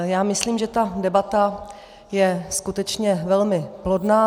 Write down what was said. Já myslím, že ta debata je skutečně velmi plodná.